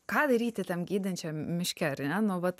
ką daryti tam gydančiam miške ar ne nu vat